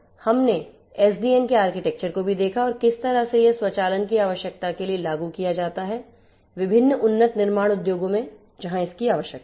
हमने एसडीएन के आर्किटेक्चर को भी देखा और किस तरह से यह स्वचालन की आवश्यकता के लिए लागू किया जाता है विभिन्न उन्नत निर्माण उद्योगों में जहां इसकी आवश्यकता है